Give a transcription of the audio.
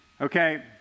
Okay